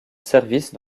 service